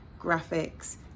graphics